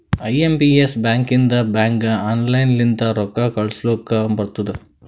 I M P S ಬ್ಯಾಕಿಂದ ಬ್ಯಾಂಕ್ಗ online ಲಿಂತ ರೊಕ್ಕಾ ಕಳೂಸ್ಲಕ್ ಬರ್ತುದ್